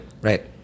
right